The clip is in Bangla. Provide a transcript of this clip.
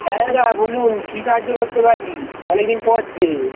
হ্যাঁ দাদা বলুন কী সাহায্য করতে পারি অনেকদিন পর যে